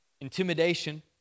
intimidation